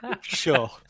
sure